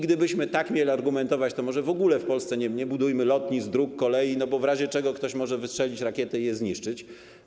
Gdybyśmy tak mieli argumentować, to może w ogóle w Polsce nie budujmy lotnisk, dróg, kolei, bo w razie czego ktoś może wystrzelić rakietę i je zniszczyć.